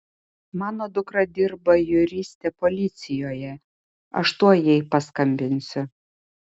mano dukra dirba juriste policijoje aš tuoj jai paskambinsiu